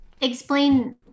explain